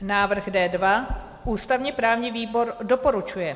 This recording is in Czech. Návrh D2, ústavněprávní výbor doporučuje.